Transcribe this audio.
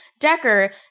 Decker